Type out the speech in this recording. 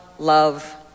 love